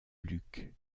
luc